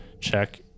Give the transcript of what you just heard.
check